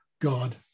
God